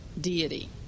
deity